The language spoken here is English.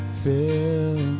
fill